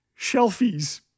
Shelfies